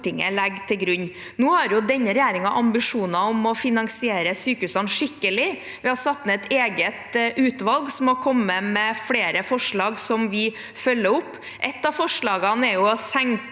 grunn. Denne regjeringen har ambisjoner om å finansiere sykehusene skikkelig. Vi har satt ned et eget utvalg som har kommet med flere forslag vi følger opp. Et av forslagene er å senke